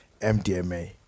MDMA